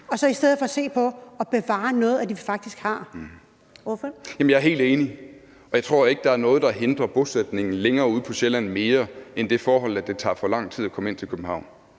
Ordføreren. Kl. 18:45 Ole Birk Olesen (LA): Jamen jeg er helt enig. Og jeg tror ikke, der er noget, der hindrer bosætning længere ude på Sjælland mere end det forhold, at det tager for lang tid at komme ind til København.